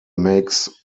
makes